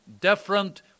different